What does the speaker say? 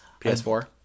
PS4